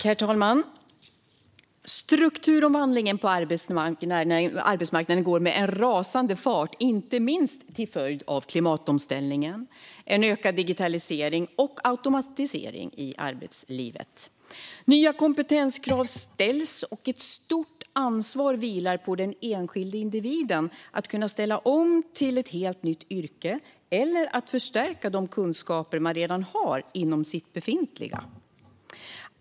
Herr talman! Strukturomvandlingen på arbetsmarknaden går i en rasande fart, inte minst till följd av klimatomställningen och en ökad digitalisering och automatisering i arbetslivet. Nya kompetenskrav ställs, och ett stort ansvar vilar på den enskilde individen att kunna ställa om till ett helt nytt yrke eller att förstärka de kunskaper man redan har inom sitt befintliga.